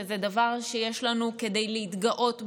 שזה דבר שיש לנו כדי להתגאות בו,